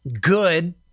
good